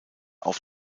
auf